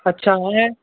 अच्छा हाणे